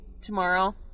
tomorrow